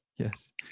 Yes